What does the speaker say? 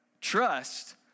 Trust